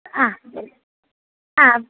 ആ ശരി ആ